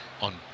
on